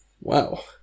Wow